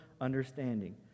understanding